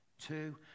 Two